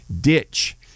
ditch